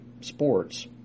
sports